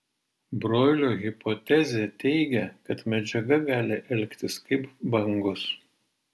broilio hipotezė teigia kad medžiaga gali elgtis kaip bangos